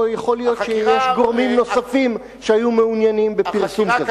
או יכול להיות שיש גורמים נוספים שהיו מעוניינים בפרסום כזה.